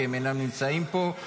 כי הם אינם נמצאים פה.